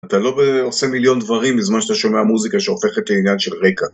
אתה לא עושה מיליון דברים בזמן שאתה שומע מוזיקה שהופכת לעניין של רקע.